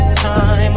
time